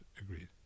agreed